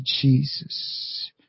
Jesus